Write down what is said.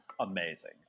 Amazing